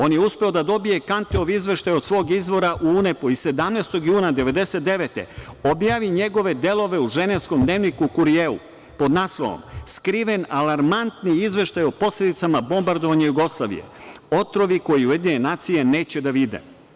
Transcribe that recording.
On je uspeo da dobije Kanteov izveštaj od svog izvora u UNEP-u i 17. juna 1999. godine, objavi njegove delove u ženevskom dnevniku „Kurijeu“, pod naslovom „Skriven alarmanti izveštaj o posledicama bombardovanja Jugoslavije - otrovi koje UN neće da vide“